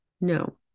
no